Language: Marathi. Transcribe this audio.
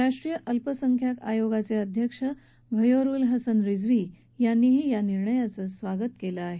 राष्ट्रीय अल्पसंख्यांक आयोगाचे अध्यक्ष घयोरूल हसन रिझवी यांनी या निर्णयाचं स्वागत केलं आहे